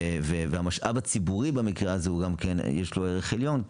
והמשאב הציבורי במקרה הזה גם כן יש לו ערך עליון,